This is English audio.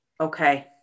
Okay